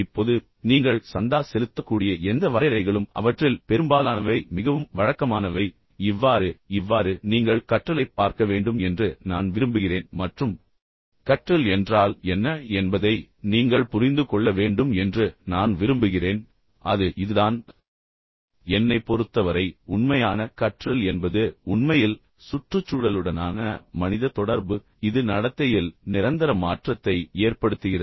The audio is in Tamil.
இப்போது நீங்கள் சந்தா செலுத்தக்கூடிய எந்த வரையறைகளும் அவற்றில் பெரும்பாலானவை மிகவும் வழக்கமானவை இவ்வாறு இவ்வாறு நீங்கள் கற்றலைப் பார்க்க வேண்டும் என்று நான் விரும்புகிறேன் மற்றும் கற்றல் என்றால் என்ன என்பதை நீங்கள் புரிந்து கொள்ள வேண்டும் என்று நான் விரும்புகிறேன் அது இது தான் என்னைப் பொறுத்தவரை உண்மையான கற்றல் என்பது உண்மையில் சுற்றுச்சூழலுடனான மனித தொடர்பு இது நடத்தையில் நிரந்தர மாற்றத்தை ஏற்படுத்துகிறது